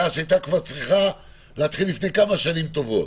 שהיתה כבר צריכה להתחיל לפני כמה שנים טובות.